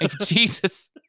Jesus